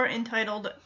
entitled